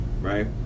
Right